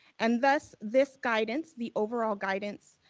and thus this guidance, the overall guidance,